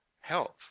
Health